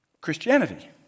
Christianity